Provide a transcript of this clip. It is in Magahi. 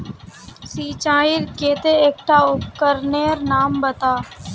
सिंचाईर केते एकटा उपकरनेर नाम बता?